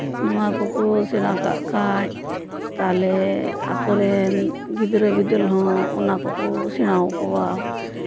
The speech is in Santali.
ᱚᱱᱟ ᱠᱚᱠᱚ ᱥᱮᱬᱟ ᱠᱟᱜ ᱠᱷᱟᱡ ᱛᱟᱦᱞᱮ ᱟᱠᱚᱨᱮᱱ ᱜᱤᱫᱽᱨᱟᱹ ᱵᱤᱫᱟᱹᱞ ᱦᱚᱸ ᱚᱱᱟ ᱠᱚᱠᱚ ᱥᱮᱬᱟ ᱟᱠᱚᱣᱟ